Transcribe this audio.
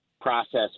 process